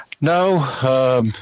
No